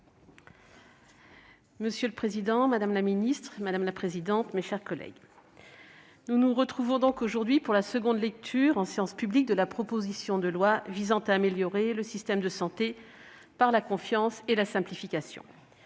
Monsieur le président, madame la ministre, mes chers collègues, nous nous retrouvons aujourd'hui pour la nouvelle lecture, en séance publique, de la proposition de loi visant à améliorer le système de santé par la confiance et la simplification.